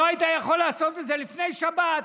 לא היית יכול לעשות את זה לפני שבת,